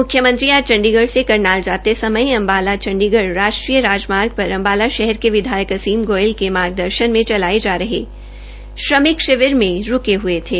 मुख्मयंत्री आज चंडीगढ़ से करनाल जाते समय अम्बाला चंडीगढ़ राष्ट्रीय राजमार्ग पर अम्बाला शहर के विधायक असीम गोयल के मार्गदर्शन में चलाये श्रमिक शिविर में रूके थे